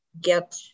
get